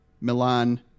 Milan